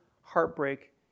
heartbreak